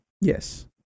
Yes